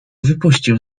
wypuścił